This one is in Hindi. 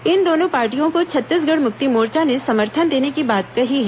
इन दोनों पार्टियों को छत्तीसगढ़ मुक्ति मोर्चा ने समर्थन देने की बात कही है